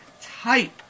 type